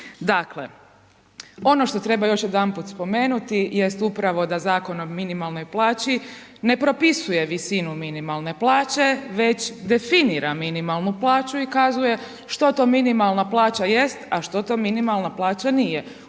Dakle, ono što treba još jedanput spomenuti jest upravo da Zakon o minimalnoj plaći ne propisuje visinu minimalne plaće već definira minimalnu plaću i kazuje što to minimalna plaća jest, a što to minimalna plaća nije.